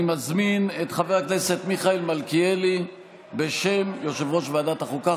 אני מזמין את חבר הכנסת מיכאל מלכיאלי בשם יושב-ראש ועדת החוקה,